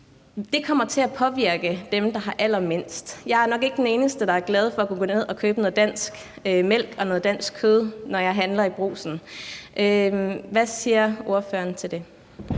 Det kommer til at påvirke dem, der har allermindst. Jeg er nok ikke den eneste, der er glad for at kunne gå ned og købe noget dansk mælk og noget dansk kød, når jeg handler i Brugsen. Hvad siger ordføreren til det?